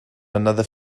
another